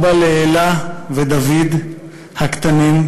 אבא לאלה ולדוד הקטנים,